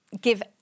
give